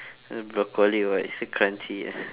uh broccoli while it's still crunchy ah